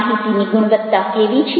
માહિતીની ગુણવત્તા કેવી છે